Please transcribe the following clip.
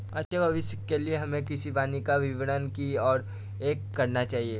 अच्छे भविष्य के लिए हमें कृषि वानिकी वनीकरण की और रुख करना होगा